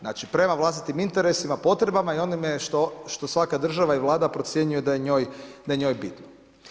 Znači, prema vlastitim interesima, potrebama i onime što svaka država i vlada procjenjuje da je njoj bitno.